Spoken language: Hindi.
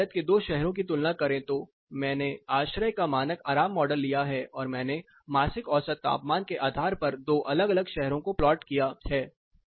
यदि आप भारत के दो शहरों की तुलना करते हैं तो मैंने आश्रय का मानक आराम मॉडल लिया है और मैंने मासिक औसत तापमान के आधार पर दो अलग अलग शहरों को प्लॉट किया है